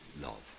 love